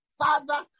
father